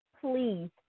please